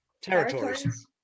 Territories